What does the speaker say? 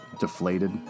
deflated